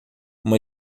uma